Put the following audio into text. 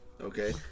Okay